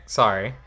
sorry